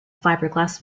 fiberglass